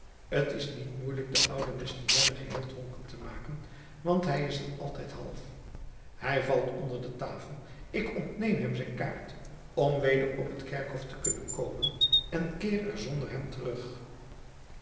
t is niet moeielijk den ouden mestienne geheel dronken te maken want hij is t altijd half hij valt onder de tafel ik ontneem hem zijn kaart om weder op het kerkhof te kunnen komen en keer er zonder hem terug